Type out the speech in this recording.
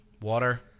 water